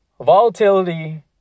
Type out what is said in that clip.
Volatility